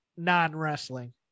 non-wrestling